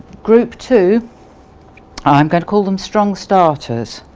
group two i'm going to call them strong starters,